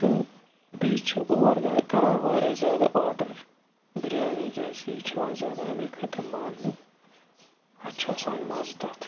تہٕ بیٚیہِ چھِ اور یہِ کَران واریاہ زیادٕ آرڈَر بِریانی کیٛازِکہِ یہِ چھُ یِوان زیادٕ اَمے خٲطرٕ مانٛنہٕ اَتہِ چھُ آسان مَزٕ تَتھ